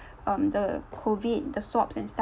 um the COVID the swabs and stuff